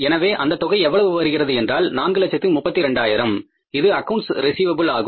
எனவே அந்த தொகை எவ்வளவு வருகின்றது என்றால் 432000 இது அக்கவுண்ட்ஸ் ரிஸீவப்பில் ஆகும்